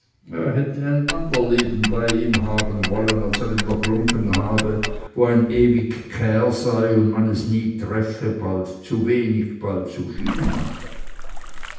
ein ander leben bei ihm haben sollen als er in der glunggen habe wo ein ewig gchär sei und man es nie treffe bald zu wenig bald zu viel mache